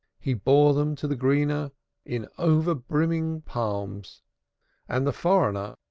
he bore them to the greener in over-brimming palms and the foreigner,